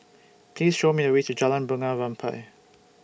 Please Show Me The Way to Jalan Bunga Rampai